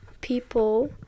people